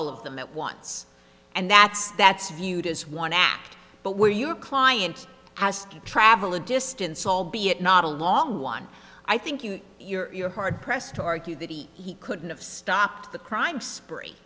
all of them at once and that's that's viewed as one act but where your client has to travel a distance albeit not a long one i think you you're hard pressed to argue that he couldn't have stopped the crime spree